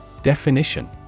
Definition